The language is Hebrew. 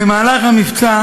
במהלך המבצע